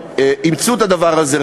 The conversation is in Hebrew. שאימצו את הדבר הזה,